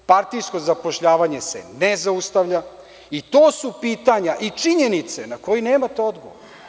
Partijsko zapošljavanje se ne zaustavlja i to su pitanja i činjenice na koje nemate odgovor.